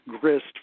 grist